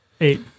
eight